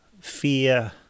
fear